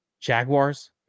Jaguars